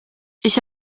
ich